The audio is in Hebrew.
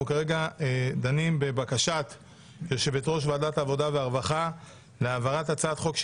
אנחנו דנים בבקשה יושבת-ראש ועדת העבודה והרווחה להעברת הצעת חוק הצעת